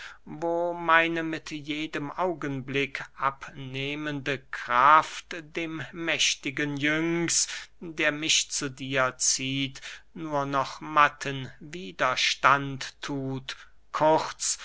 wo meine mit jedem augenblick abnehmende kraft dem mächtigen iynx der mich zu dir zieht nur noch matten widerstand thut kurz